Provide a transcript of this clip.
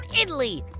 Italy